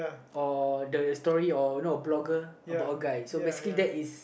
or the story or no blogger about a guy